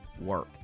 work